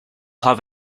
have